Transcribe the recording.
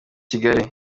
kigali